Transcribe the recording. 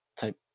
type